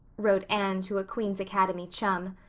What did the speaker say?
wrote anne to a queen's academy chum.